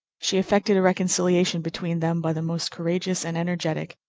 she effected a reconciliation between them by the most courageous and energetic,